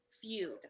feud